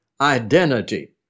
identity